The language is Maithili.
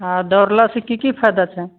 आओर दौड़लोसँ की की फायदा छै